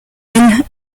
rudel